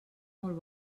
molt